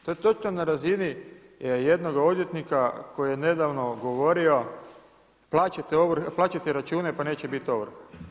To je točno na razini jednoga odvjetnika koji je nedavno govorio plaćajte račune, pa neće biti ovrha.